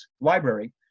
Library